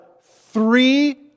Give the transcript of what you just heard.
three